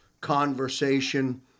conversation